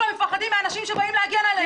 מאנשים שבאים להגן עליהם?